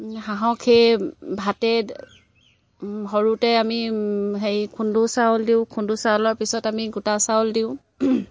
হাঁহক সেই ভাতে সৰুতে আমি হেৰি খুদ চাউল দিওঁ খুদ চাউলৰ পিছত আমি গোটা চাউল দিওঁ